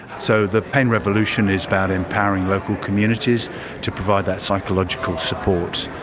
so the pain revolution is about empowering local communities to provide that psychological support.